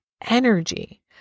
energy